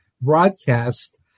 broadcast